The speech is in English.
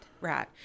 right